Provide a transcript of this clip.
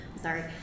sorry